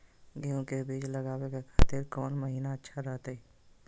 गेहूं के बीज लगावे के खातिर कौन महीना अच्छा रहतय?